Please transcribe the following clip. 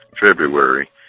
February